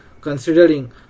considering